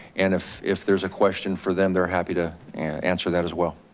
and if if there's a question for them, they're happy to answer that as well.